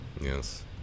Yes